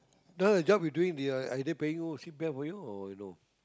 now the job you doing they uh are they paying you c_p_f for you or no